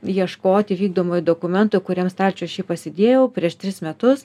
ieškoti vykdomųjų dokumentų kuriam stalčiuje aš jį pasidėjau prieš tris metus